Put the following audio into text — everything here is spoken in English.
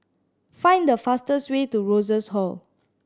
find the fastest way to Rosas Hall